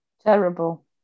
Terrible